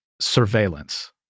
Surveillance